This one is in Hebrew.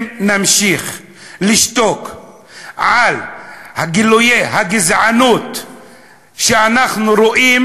אם נמשיך לשתוק על גילויי הגזענות שאנחנו רואים,